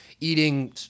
eating